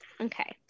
okay